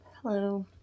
Hello